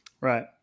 right